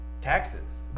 taxes